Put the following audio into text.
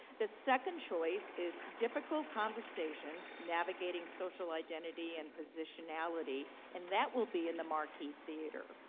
the second choice is difficult conversations navigateing social identity and positionality. and that will be and the marquis theater.